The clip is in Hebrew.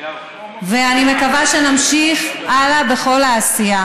אני מקווה שנמשיך הלאה בכל העשייה.